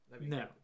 no